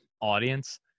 audience